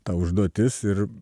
ta užduotis ir